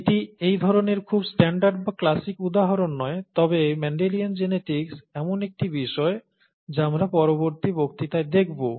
এটি এই ধরণের খুব স্ট্যান্ডার্ড বা ক্লাসিক উদাহরণ নয় তবে মেন্ডেলিয়ান জিনেটিক্স এমন একটি বিষয় যা আমরা পরবর্তী বক্তৃতায় দেখব